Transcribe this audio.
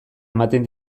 ematen